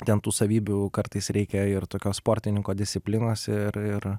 ten tų savybių kartais reikia ir tokios sportininko disciplinos ir ir